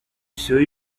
все